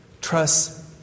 Trust